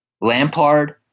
Lampard